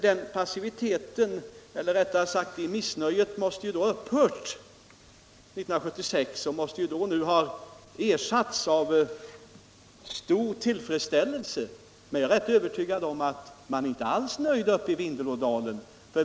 Det missnöjet måste då ha upphört 1976 och nu ersatts av stor tillfredsställelse. Men jag är rätt övertygad om att de inte alls är nöjda i Vindelådalen.